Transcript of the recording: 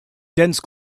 dense